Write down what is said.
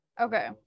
Okay